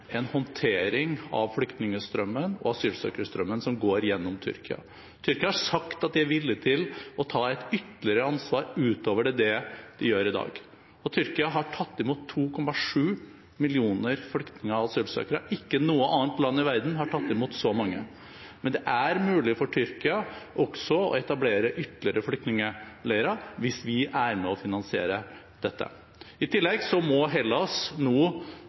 en håndtering av flyktningstrømmen og asylsøkerstrømmen som går gjennom Tyrkia. Tyrkia har sagt at de er villige til å ta et ytterligere ansvar utover det de gjør i dag. Tyrkia har tatt imot 2,7 millioner flyktninger og asylsøkere. Ikke noe annet land i verden har tatt imot så mange. Men det er mulig for Tyrkia å etablere ytterligere flyktningleirer hvis vi er med på å finansiere dette. I tillegg må Hellas nå